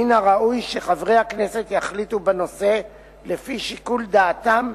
מן הראוי שחברי הכנסת יחליטו בנושא לפי שיקול דעתם,